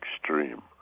extreme